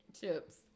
Chips